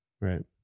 right